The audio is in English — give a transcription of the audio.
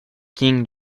king